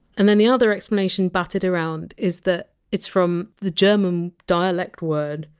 and then the other explanation batted around is that it's from the german dialect word!